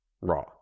Raw